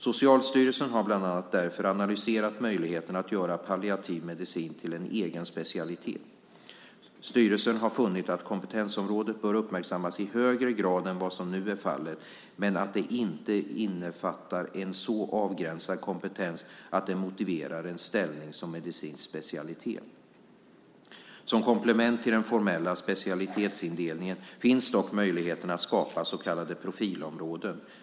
Socialstyrelsen har bland annat därför analyserat möjligheterna att göra palliativ medicin till en egen specialitet. Styrelsen har funnit att kompetensområdet bör uppmärksammas i högre grad än vad som nu är fallet, men att det inte innefattar en så avgränsad kompetens att det motiverar en ställning som medicinsk specialitet. Som komplement till den formella specialitetsindelningen finns dock möjligheten att skapa så kallade profilområden.